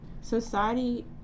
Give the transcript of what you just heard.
society